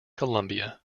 columbia